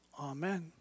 Amen